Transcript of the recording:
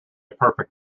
perfect